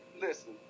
listen